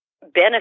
benefit